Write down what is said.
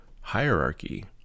Hierarchy